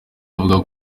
avuga